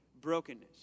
brokenness